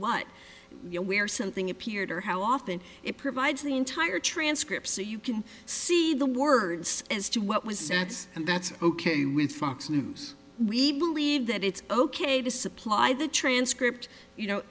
what you know where something appeared or how often it provides the entire transcript so you can see the words as to what was said and that's ok with fox news we believe that it's ok to supply the transcript you know